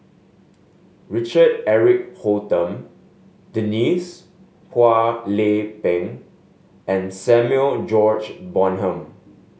Richard Eric Holttum Denise Phua Lay Peng and Samuel George Bonham